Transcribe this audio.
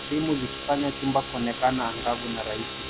krimu zikifanya chumba kuonekana angavu na rahisi.